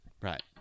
Right